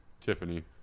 Tiffany